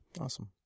Awesome